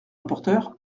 rapporteur